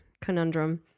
conundrum